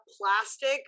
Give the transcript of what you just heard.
plastic